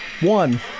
One